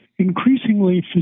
Increasingly